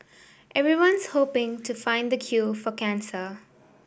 everyone's hoping to find the cure for cancer